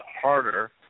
harder